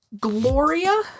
Gloria